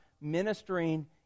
ministering